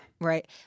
right